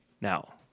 Now